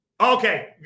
Okay